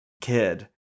kid